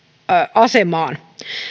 asemaan